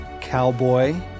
Cowboy